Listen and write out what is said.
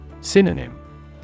Synonym